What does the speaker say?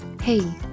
Hey